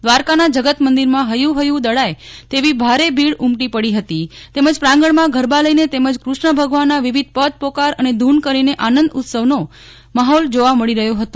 દ્વારકાના જગતમંદિરમાં હૈચેહૈયું દળાય તેવી ભારે ભીડ ઉમટી પડી હતી તેમ જ પ્રાંગણમાં ગરબા લઈને તેમ જ કૃષ્ણ ભગવાનના વિવિધ પદ પોકાર અને ધૂન કરીને આનંદઉત્સાહનો માહોલ જોવા મળી રહ્યો હતો